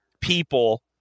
people